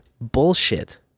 bullshit